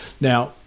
Now